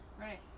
right